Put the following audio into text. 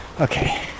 Okay